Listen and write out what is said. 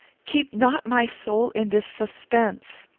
keep not my soul in this suspense.